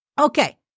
Okay